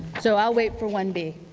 so, i'll wait for one b.